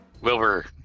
Wilbur